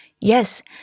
Yes